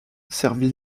servit